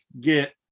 get